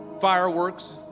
fireworks